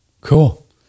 Cool